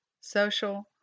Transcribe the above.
social